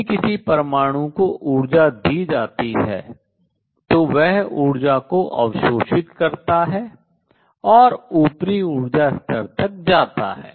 यदि किसी परमाणु को ऊर्जा दी जाती है तो वह ऊर्जा को अवशोषित करता है और ऊपरी ऊर्जा स्तर तक जाता है